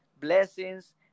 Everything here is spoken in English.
blessings